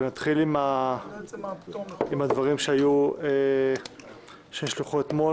נתחיל עם הדברים שנשלחו אתמול,